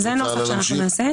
זה הנוסח שנעשה.